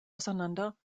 auseinander